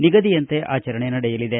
ನಿಗದಿಯಂತೆ ಆಚರಣೆ ನಡೆಯಲಿದೆ